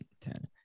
ten